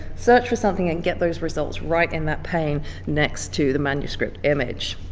search for something, and get those results right in that pane next to the manuscript image.